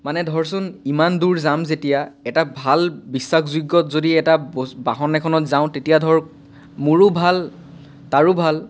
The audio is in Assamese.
মানে ধৰচোন ইমান দূৰ যাম যেতিয়া এটা ভাল বিশ্বাসযোগ্য যদি এটা বস্ বাহন এখনত যাওঁ তেতিয়া ধৰ মোৰো ভাল তাৰো ভাল